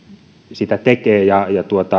sitä tekee ja